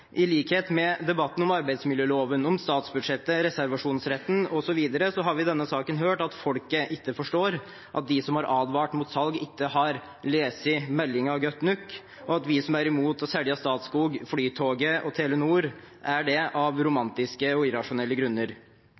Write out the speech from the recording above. I likhet med i debatten om arbeidsmiljøloven, om statsbudsjettet, reservasjonsretten osv. har vi i denne saken hørt at folket ikke forstår, at de som har advart mot salg, ikke har lest meldingen godt nok, og at vi som er imot å selge Statskog, Flytoget og Telenor, er det av romantiske og irrasjonelle grunner.